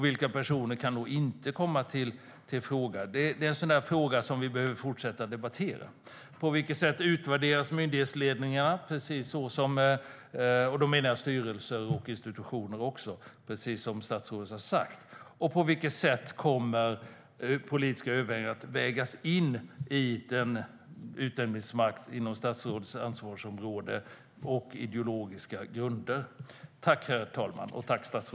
Vilka personer kan inte komma i fråga? Det är frågor som vi behöver fortsätta att debattera. På vilket sätt utvärderas myndighetsledningarna, och då menar jag styrelser och institutioner? På vilket sätt kommer politiska överväganden att vägas in i utnämningsmakten inom statsrådets ansvarsområde och ideologiska grunder?